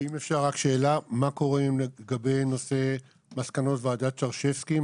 מה קורה לגבי מסקנות ועדת שרשבסקי?